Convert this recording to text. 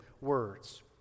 words